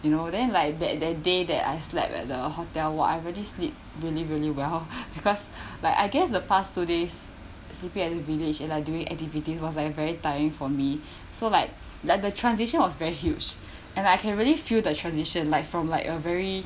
you know then like that that day that I slept at the hotel !wah! I really sleep really really well because like I guess the past two days sleeping at the village and like doing activities was like very tiring for me so like like the transition was very huge and I can really feel the transition like from like a very